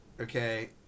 okay